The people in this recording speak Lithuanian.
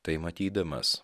tai matydamas